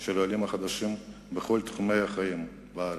של העולים החדשים בכל תחומי החיים בארץ.